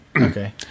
Okay